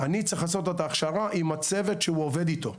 אני צריך לעשות לו את ההכשרה עם הצוות שהוא עובד איתו.